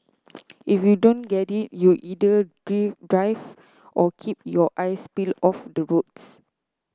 if you don't get it you either drive or keep your eyes peel off the roads